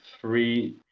three